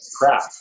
crap